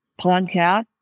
podcast